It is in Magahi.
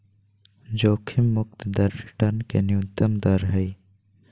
जोखिम मुक्त दर रिटर्न के न्यूनतम दर हइ